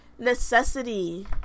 Necessity